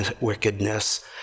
wickedness